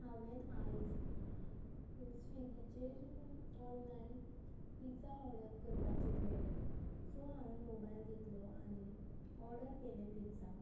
हांवें आयज स्विगीचेर ऑनलायन पिज्जा ऑर्डर करपा चितलेलें सो हांवें मोबायल घेतलो आनी ऑर्डर केलें पिज्जा